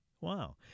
wow